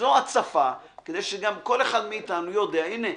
זו הצפה כדי שגם כל אחד מאתנו יודע, הנה,